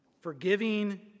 Forgiving